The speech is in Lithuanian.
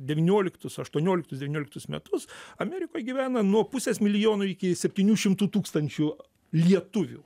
devynioliktus aštuonioliktus devynioliktus metus amerikoj gyvena nuo pusės milijono iki septynių šimtų tūkstančių lietuvių